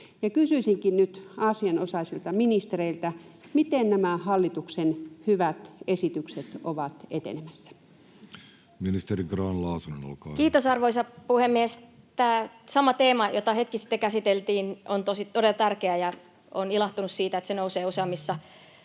Kysyisinkin nyt asianosaisilta ministereiltä: miten nämä hallituksen hyvät esitykset ovat etenemässä? Ministeri Grahn-Laasonen, olkaa hyvä. Kiitos, arvoisa puhemies! Tämä sama teema, jota hetki sitten käsiteltiin, on todella tärkeä, ja olen ilahtunut siitä, että se nousee useammassa